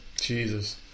Jesus